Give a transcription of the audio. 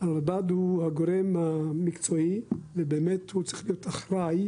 הרלב"ד הוא הגורם המקצועי ובאמת הוא צריך להיות אחראי